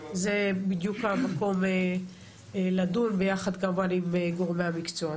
זה בדיוק המקום לדון ביחד כמובן עם גורמי המקצוע.